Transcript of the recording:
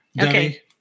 Okay